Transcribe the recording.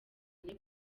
kuri